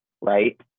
right